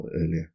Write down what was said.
earlier